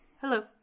Hello